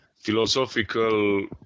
philosophical